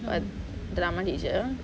a drama teacher